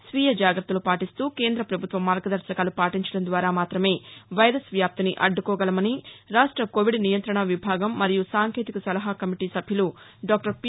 స్వీయ జాగ్రత్తలు పాటిస్తూ కేంద్రప్రభుత్వ మార్గదర్భకాలు పాటించడం ద్వారా మాత్రమే ను వైరస్ వ్యాప్తిని అడ్డుకోగలమని రాష్ట కోవిడ్ నియంతణ విభాగం మరియు సాంకేతిక సలహా కమిటీ సభ్యులు డాక్టర్ పి